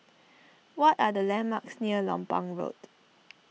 what are the landmarks near Lompang Road